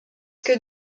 que